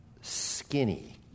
skinny